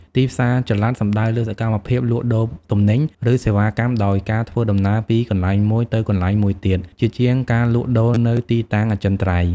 ទីផ្សារចល័ត សំដៅលើសកម្មភាពលក់ដូរទំនិញ ឬសេវាកម្មដោយការធ្វើដំណើរពីកន្លែងមួយទៅកន្លែងមួយទៀត ជាជាងការលក់ដូរនៅទីតាំងអចិន្ត្រៃយ៍។